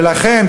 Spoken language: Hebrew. ולכן,